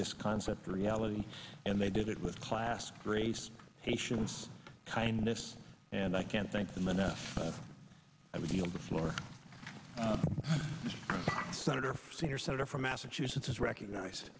this concept a reality and they did it with class grace patience kindness and i can't thank them enough i would feel the floor senator for senior senator from massachusetts is recognize